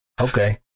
Okay